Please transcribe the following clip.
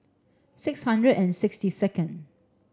six hundred and sixty second